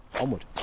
Onward